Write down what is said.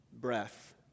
Breath